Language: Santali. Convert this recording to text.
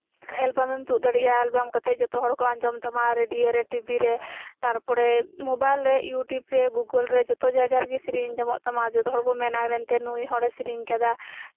ᱮᱞᱵᱟᱢ ᱮᱢ ᱛᱩᱜ ᱫᱟᱲᱮᱭᱟᱜᱼᱟ ᱮᱞᱵᱟᱢ ᱠᱟᱛᱮᱜ ᱡᱚᱛᱚ ᱦᱚᱲ ᱠᱚ ᱟᱸᱡᱚᱢ ᱛᱟᱢᱟ ᱨᱮᱰᱤᱭᱳᱨᱮ ᱴᱤᱵᱷᱤᱨᱮ ᱛᱟᱨᱯᱚᱨᱮ ᱢᱳᱵᱟᱭᱤᱞᱨᱮ ᱤᱭᱩᱴᱩᱵᱨᱮ ᱡᱚᱛ ᱡᱟᱭᱜᱟ ᱨᱮᱜᱮ ᱥᱮᱨᱮᱧ ᱟᱸᱡᱚᱢᱚᱜ ᱛᱟᱢᱟ ᱡᱚᱛᱚ ᱦᱚᱲ ᱠᱚ ᱢᱮᱱᱟ ᱢᱮᱱᱛᱮ ᱱᱩᱭ ᱦᱚᱲᱮ ᱥᱮᱨᱮᱧ ᱠᱟᱫᱟ